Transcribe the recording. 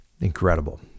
incredible